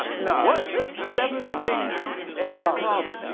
you know what is this? seven things about carbon.